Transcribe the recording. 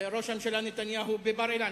ראש הממשלה נתניהו בבר-אילן,